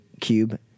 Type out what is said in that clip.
cube